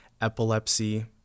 epilepsy